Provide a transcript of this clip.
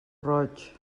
roig